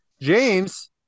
James